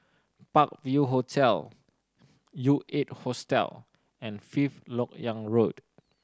Park View Hotel U Eight Hostel and Fifth Lok Yang Road